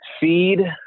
feed